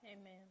amen